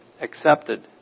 Accepted